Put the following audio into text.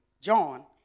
John